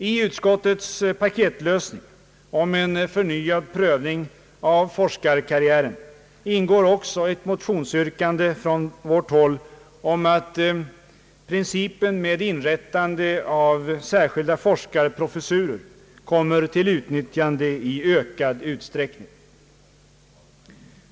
I utskottets paketlösning om en förnyad prövning av forskarkarriären ingår också ett motionsyrkande från vårt håll om att principen med inrättande av särskilda forskarprofessurer kommer till utnyttjande i ökad utsträckning.